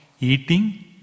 eating